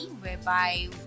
whereby